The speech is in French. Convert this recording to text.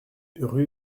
rue